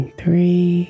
three